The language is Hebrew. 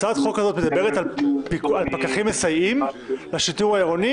הצעת החוק הזו היא על פקחים מסייעים לשיטור העירוני,